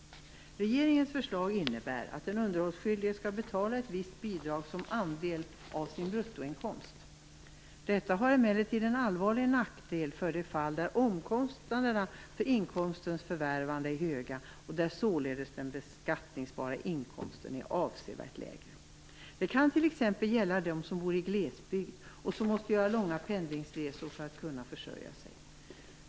Regeringens förslag innebär att den underhållsskyldige skall betala ett visst bidrag som andel av sin bruttoinkomst. Detta har emellertid en allvarlig nackdel för de fall där omkostnaderna för inkomstens förvärvande är höga och där således den beskattningsbara inkomsten är avsevärt lägre. Det kan t.ex. gälla dem som bor i glesbygd och som måste göra långa pendlingsresor för att kunna försörja sig.